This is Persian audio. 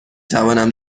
توانم